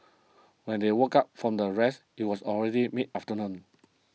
when they woke up from the rest it was already mid afternoon